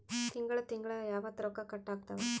ತಿಂಗಳ ತಿಂಗ್ಳ ಯಾವತ್ತ ರೊಕ್ಕ ಕಟ್ ಆಗ್ತಾವ?